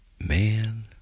man